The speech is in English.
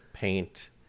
Paint